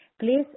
Please